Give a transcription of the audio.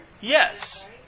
Yes